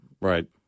right